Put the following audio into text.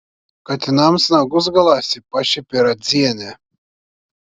katinams nagus galąsi pašiepė radzienę